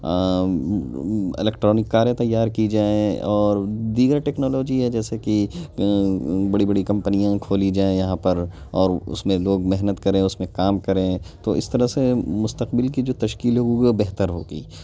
electronic کاریں تیار کی جائیں اور دیگر ٹیکنالوجی ہے جیسے کہ بڑی بڑی کمپنیاں کھولی جائیں یہاں پر اور اس میں لوگ محنت کریں اس میں کام کریں تو اس طرح سے مستقبل کی جو تشکیل ہے وہ بہتر ہوگی